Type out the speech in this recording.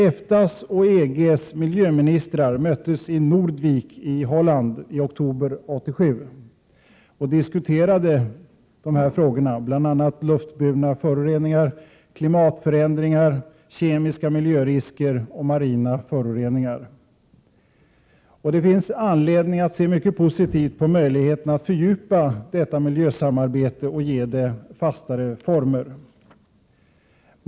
EFTA:s och EG:s miljöministrar möttes i Nordwijk i Holland i oktober 1987 och diskuterade bl.a. luftburna föroreningar, klimatförändringar, kemiska miljörisker och marina föroreningar. Det finns anledning att se mycket positivt på möjligheterna att fördjupa detta miljösamarbete och ge det fastare former.